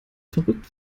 verrückt